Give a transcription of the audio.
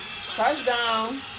Touchdown